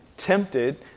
Tempted